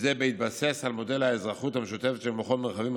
וזה בהתבסס על מודל האזרחות המשותפת של מכון מרחבים,